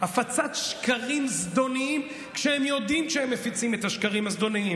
הפצת שקרים זדוניים כשהם יודעים שהם מפיצים את השקרים הזדוניים,